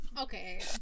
Okay